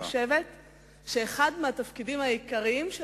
אני חושבת שאחד התפקידים העיקריים של